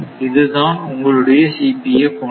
இதுதான் உங்களுடைய Cpf 1 3